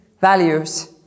values